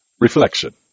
Reflection